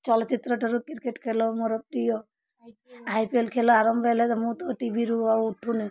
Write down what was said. ଚଲଚିତ୍ରଠାରୁ cricket ଖେଲ ମୋର ପ୍ରିୟ ଆଇ ପି ଏଲ୍ ଖେଲ ଆରମ୍ଭ ହେଲେ ତ ମୁଁ ତ ଟିଭିରୁ ଆଉ ଉଠୁନି